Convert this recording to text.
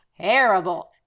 terrible